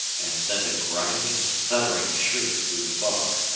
and send a grinding, thuttering shriek through the fog.